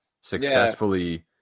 successfully